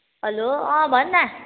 hello अँ भन् न